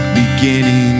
beginning